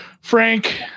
Frank